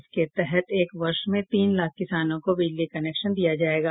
इसके तहत एक वर्ष में तीन लाख किसानों को बिजली कनेक्शन दिया जायेगा